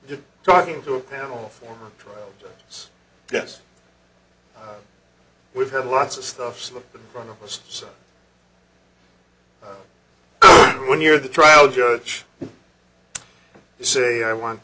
you're talking to a panel for us yes we've had lots of stuff slipped in front of us so when you're the trial judge you say i want